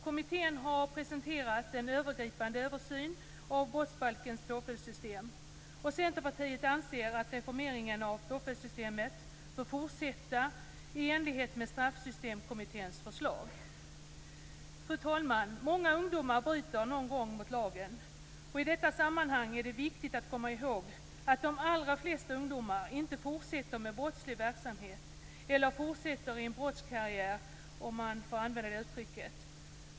Kommittén har presenterat en övergripande översyn av brottsbalkens påföljdssystem. Centerpartiet anser att reformeringen av påföljdssystemet bör fortsätta i enlighet med Fru talman! Många ungdomar bryter någon gång mot lagen. I detta sammanhang är det viktigt att komma ihåg att de allra flesta ungdomarna inte fortsätter med brottslig verksamhet eller i en "brottskarriär" om man får använda det uttrycket.